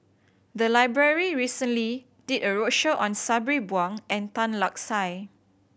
the library recently did a roadshow on Sabri Buang and Tan Lark Sye